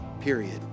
period